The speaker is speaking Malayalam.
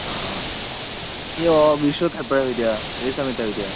ആ ആ ഈ ഓ വിഷുവൊക്കെ എപ്പോഴാണ് വരിക ഏതുസമയത്താണ് വരിക